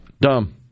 Dumb